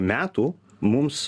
metų mums